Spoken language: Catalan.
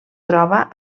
troba